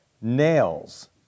Nails